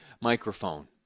microphone